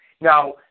Now